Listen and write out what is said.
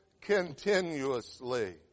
Continuously